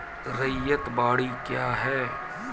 रैयत बाड़ी क्या हैं?